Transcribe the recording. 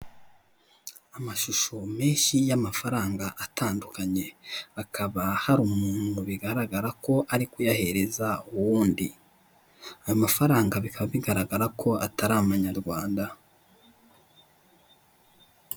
Amashusho menshi y'amafaranga atandukanye, akaba hari umuntu bigaragara ko ari kuyahereza uwundi muntu. Ayo mafaranga bikaba bigaragara ko atari amanyarwanda.